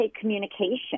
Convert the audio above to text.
communication